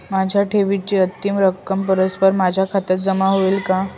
माझ्या ठेवीची अंतिम रक्कम परस्पर माझ्या खात्यात जमा होईल का?